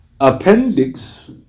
appendix